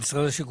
יש הרבה